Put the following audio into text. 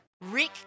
Rick